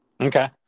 Okay